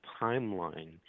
timeline